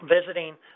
visiting